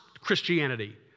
Christianity